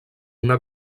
una